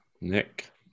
Nick